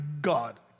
God